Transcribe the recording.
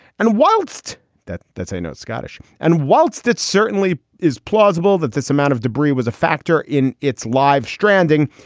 and whilst that that's a no. scottish. and whilst it certainly is plausible that this amount of debris was a factor factor in its live stranding,